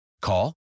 Call